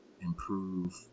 improve